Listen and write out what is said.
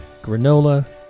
granola